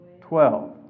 Twelve